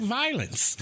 violence